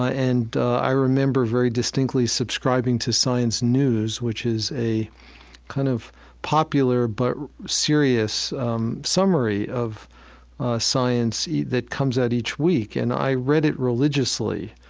i and i remember very distinctly subscribing to science news, which is a kind of popular but serious um summary of science that comes out each week. and i read it religiously,